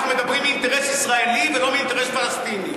אנחנו מדברים מאינטרס ישראלי ולא מאינטרס פלסטיני.